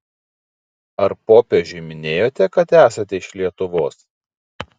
ar popiežiui minėjote kad esate iš lietuvos